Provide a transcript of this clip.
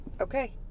Okay